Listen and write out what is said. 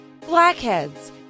blackheads